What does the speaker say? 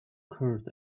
court